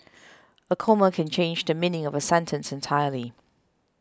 a comma can change the meaning of a sentence entirely